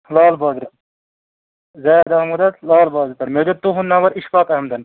لال بازرٕ زید احمد حظ لال بازرٕ پٮ۪ٹھ مےٚ دیُت تُہنٛد نمبر اِشفاق احمدن